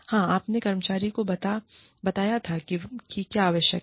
हां आपने कर्मचारी को बताया था कि क्या आवश्यक है